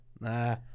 Nah